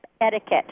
etiquette